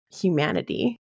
humanity